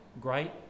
great